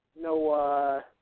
no